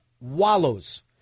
wallows